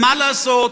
מה לעשות,